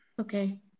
Okay